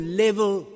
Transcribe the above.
level